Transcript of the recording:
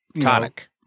Tonic